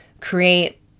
create